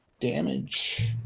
damage